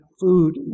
food